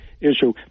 issue